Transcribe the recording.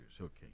okay